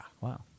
Wow